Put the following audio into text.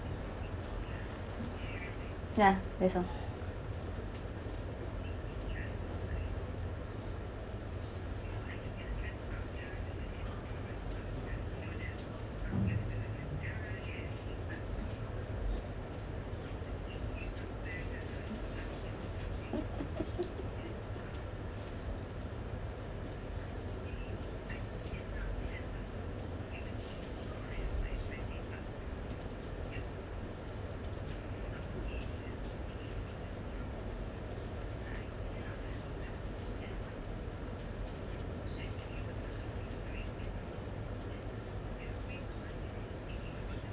ya that's all